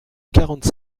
quarante